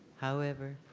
however,